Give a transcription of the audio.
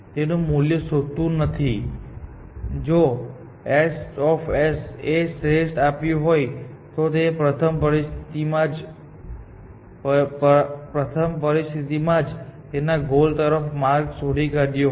તે મૂલ્ય શોધતું નથી જો h એ શ્રેષ્ઠ આપ્યું હોત તો તેણે પ્રથમ પરિસ્થિતિમાં જ તેના ગોલ તરફનો માર્ગ શોધી કાઢ્યો હોત